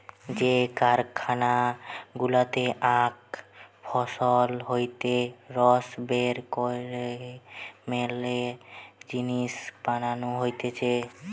যে কারখানা গুলাতে আখ ফসল হইতে রস বের কইরে মেলা জিনিস বানানো হতিছে